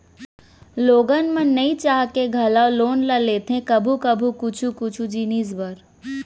लोगन मन नइ चाह के घलौ लोन ल लेथे कभू कभू कुछु कुछु जिनिस बर